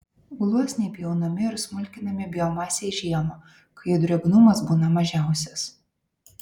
gluosniai pjaunami ir smulkinami biomasei žiemą kai jų drėgnumas būna mažiausias